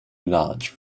large